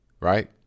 Right